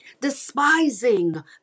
Despising